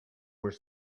were